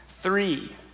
Three